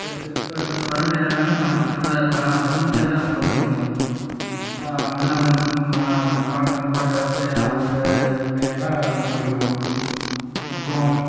இப்போ இப்போ இப்போ இப்போ வர பெயர் எல்லாமே சமஸ்கிருதத்தில் தான் இருக்கு ஆனால் தமிழ் பெயர்லாம் ரொம்ப பிடிக்கும் முன்ன பாட்டன் முப்பாட்டன் வச்ச அவங்க பெயர்லாம் ரொம்ப பிடிக்கும் அப்புறம்